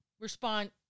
respond